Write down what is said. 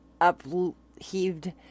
upheaved